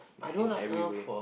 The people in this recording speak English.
in every way